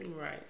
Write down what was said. Right